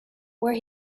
where